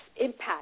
impact